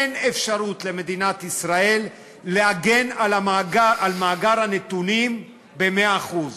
אין אפשרות למדינת ישראל להגן על מאגר הנתונים במאה אחוז,